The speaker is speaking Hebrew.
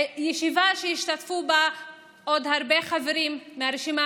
ישיבה שהשתתפו בה עוד הרבה חברים מהרשימה